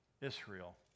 Israel